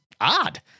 odd